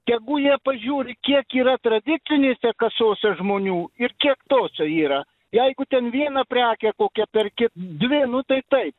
tegu jie pažiūri kiek yra tradicinėse kasose žmonių ir kiek tose yra jeigu ten vieną prekę kokią perki dvi nu tai taip